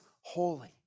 holy